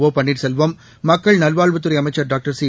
ஒபன்னீர்செல்வம் மக்கள் நல்வாழ்வுத்துறை அமைச்சர் டாக்டர் சி